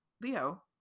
Leo